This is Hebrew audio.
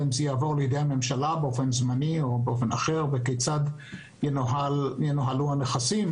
האם זה יעבור לידי הממשלה באופן זמני וכיצד ינוהלו הנכסים